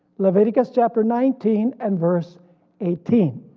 leviticus chapter nineteen and verse eighteen.